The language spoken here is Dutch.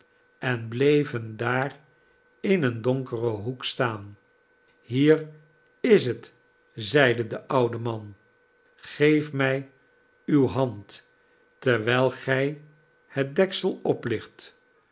en bleven daar in een donkeren hoek staan hier is het zeide de oude man geef mij uwe hand terwijl gij het deksel